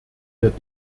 der